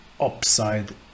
upside